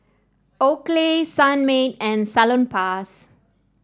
Oakley Sunmaid and Salonpas